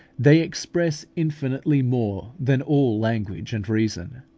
they express infinitely more than all language and reason.